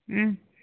हं